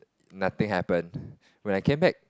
nothing happen when I came back